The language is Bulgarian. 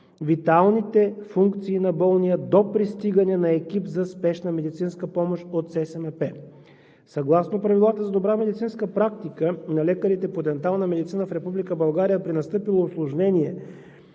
виталните функции на болния до пристигане на екип за спешна медицинска помощ от ЦСМП. Съгласно Правилата за добра медицинска практика на лекарите по дентална медицина в Република България при настъпило усложнение